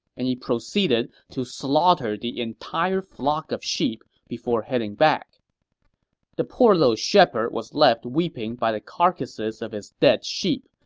and he proceeded to slaughter the entire flock of sheep before heading back the poor little shepherd was left weeping by the carcasses of his dead sheep,